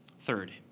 Third